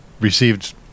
received